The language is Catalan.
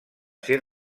ser